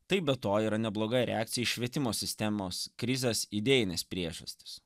taip be to yra nebloga reakcija į švietimo sistemos krizės idėjines priežastis